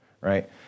right